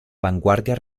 vanguardia